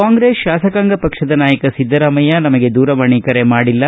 ಕಾಂಗ್ರೆಸ್ ಶಾಸಕಾಂಗ ಪಕ್ಷದ ನಾಯಕ ಸಿದ್ದರಾಮಯ್ಯ ನಮಗೆ ದೂರವಾಣಿ ಕರೆ ಮಾಡಿಲ್ಲ